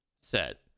set